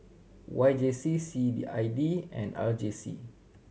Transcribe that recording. Y J C C D I D and R J C